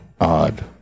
odd